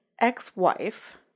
ex-wife